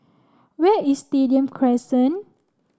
where is Stadium Crescent